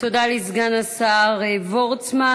תודה לסגן השר וורצמן.